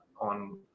on